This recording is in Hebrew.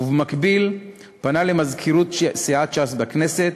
ובמקביל פנה למזכירות סיעת ש"ס בכנסת